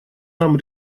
нам